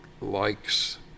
likes